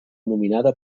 nominada